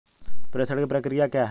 प्रेषण की प्रक्रिया क्या है?